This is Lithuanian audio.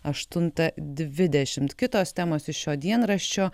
aštuntą dvidešimt kitos temos iš šio dienraščio